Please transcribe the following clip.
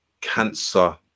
cancer